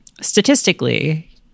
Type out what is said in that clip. statistically